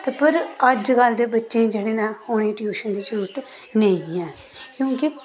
ते पर अजकल्ल दे बच्चें गी जेह्ड़े न उ'नें गी ट्यूशन दी जरूरत नेईं ऐ क्योंकि